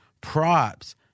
props